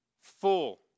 Full